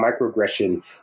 microaggression